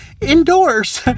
Indoors